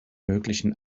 möglichen